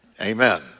Amen